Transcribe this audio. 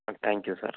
thank you sir